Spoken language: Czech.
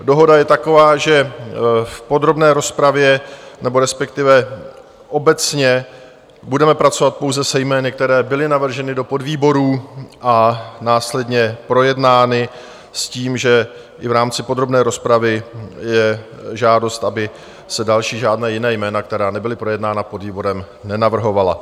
Dohoda je taková, že v podrobné rozpravě nebo respektive obecně budeme pracovat pouze se jmény, která byla navržena do podvýborů a následně projednána s tím, že i v rámci podrobné rozpravy je žádost, aby se žádná další jména, která nebyla projednána podvýborem, nenavrhovala.